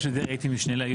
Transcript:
הייתי משנה ליועץ.